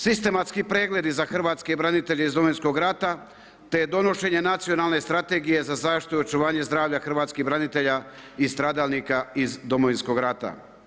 Sistematski pregledi za hrvatske branitelje iz Domovinskog rata, te donošenje Nacionalne strategije za zaštitu i očuvanje zdravlja hrvatskih branitelja i stradalnika iz Domovinskog rata.